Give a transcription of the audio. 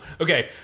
Okay